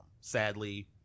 sadly